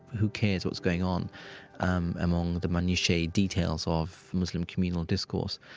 who cares what's going on um among the minutiae details of muslim communal discourse?